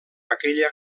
aquella